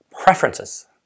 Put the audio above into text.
preferences